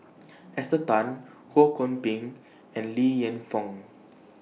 Esther Tan Ho Kwon Ping and Li Lienfung